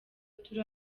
turi